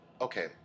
Okay